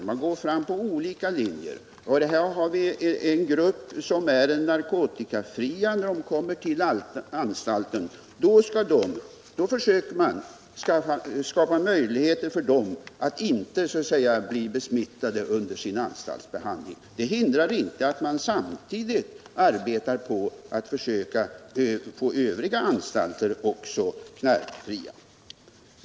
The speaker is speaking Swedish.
I detta fall är det fråga om den grupp av intagna som är narkotikafria när de kommer till anstalten. Man försöker skapa möjligheter för dem att undgå att bli ”besmittade” under sin anstaltsbehandling. Det hindrar inte att man samtidigt arbetar på att försöka få också övriga anstalter knarkfria.